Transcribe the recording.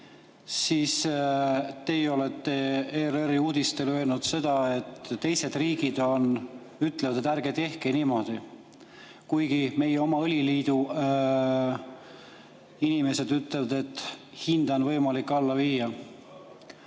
siis teie olete ERR-i uudistele öelnud seda, et teised riigid ütlevad, et ärge tehke niimoodi. Meie oma õliliidu inimesed ütlevad, et hinda on võimalik alla viia.